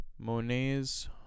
Monet's